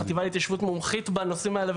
החטיבה להתיישבות מומחית בנושאים האלה,